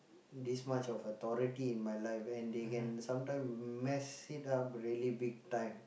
this much of authority in my life and they can sometime mess it up really big time